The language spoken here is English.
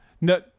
No